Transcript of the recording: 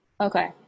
Okay